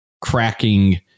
cracking